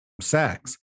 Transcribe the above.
sex